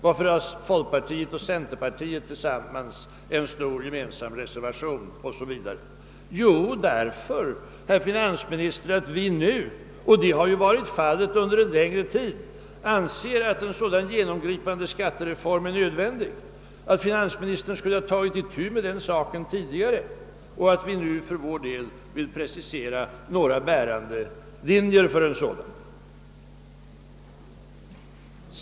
Varför har folkpartiet och centerpartiet tillsammans en stor gemensam reservation?” Jo, herr finansminister, därför att vi nu — det har varit fallet under en längre tid — anser att en sådan genomgripande skattereform är nödvändig, därför att finansministern skulle ha tagit itu med den saken tidigare och därför att vi nu för vår del vill precisera några bärande linjer för en lösning.